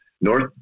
North